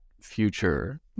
future